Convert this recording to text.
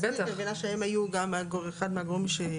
כיוון שהם היו גם אחד מהגורמים.